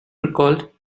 recalled